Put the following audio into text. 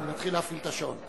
אני מתחיל להפעיל את השעון.